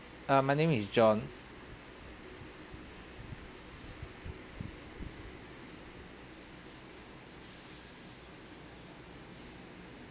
uh my name is john